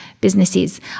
businesses